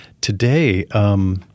Today –